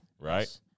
Right